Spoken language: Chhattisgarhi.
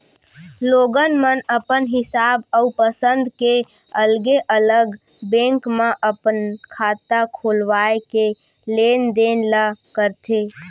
लोगन मन अपन हिसाब अउ पंसद के अलगे अलग बेंक म अपन खाता खोलवा के लेन देन ल करथे